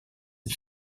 ses